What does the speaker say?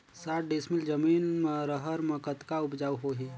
साठ डिसमिल जमीन म रहर म कतका उपजाऊ होही?